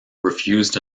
refused